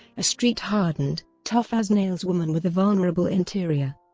a street-hardened, tough-as-nails woman with a vulnerable interior,